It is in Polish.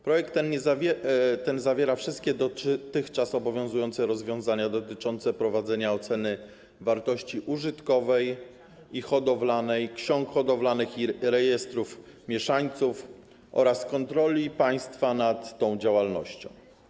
Projekt ten zawiera wszystkie dotychczas obowiązujące rozwiązania dotyczące prowadzenia oceny wartości użytkowej i hodowlanej, ksiąg hodowlanych i rejestrów mieszańców oraz kontroli państwa nad tą działalnością.